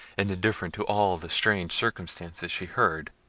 and indifferent to all the strange circumstances she heard,